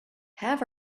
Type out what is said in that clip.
have